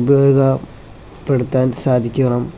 ഉപയോഗപ്പെടുത്താൻ സാധിക്കണം